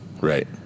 Right